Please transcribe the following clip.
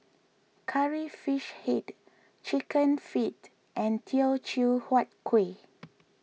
Curry Fish Head Chicken Feet and Teochew Huat Kueh